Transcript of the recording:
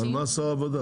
על מה שר העבודה?